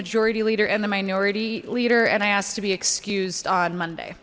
majority leader and the minority leader and i ask to be excused on monday